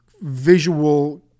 visual